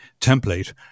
template